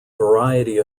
variety